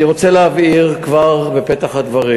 אני רוצה להבהיר כבר בפתח הדברים: